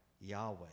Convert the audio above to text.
Yahweh